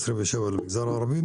27 מיליארד למגזר הערבי.